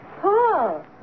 Paul